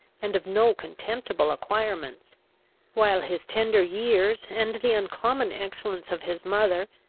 and of no contemptible acquirements while his tender years, and the uncommon excellence of his mother,